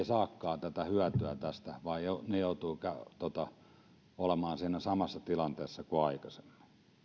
saakaan tätä hyötyä tästä vaan joutuu olemaan siinä samassa tilanteessa kuin